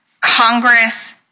Congress